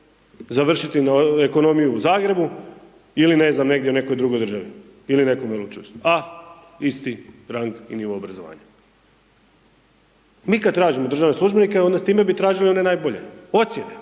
završiti ekonomiju u Zagrebu ili ne znam negdje u nekoj drugoj državi ili nekom veleučilištu, a isti rang i nivo obrazovanja. Mi kad tražimo državne službenike onda time bi tražili one najbolje. Ocjene